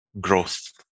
growth